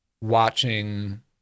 watching